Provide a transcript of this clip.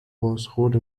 بازخورد